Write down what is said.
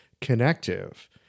connective